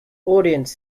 audience